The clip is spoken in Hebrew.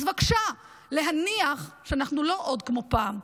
אז בבקשה להניח שאנחנו לא עוד כמו פעם.